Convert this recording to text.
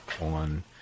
on